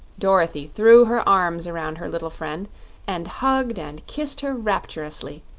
dorothy threw her arms around her little friend and hugged and kissed her rapturously,